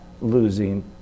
losing